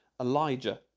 Elijah